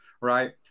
right